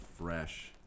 fresh